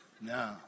No